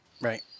Right